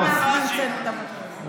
לא אנחנו המצאנו את המטוס.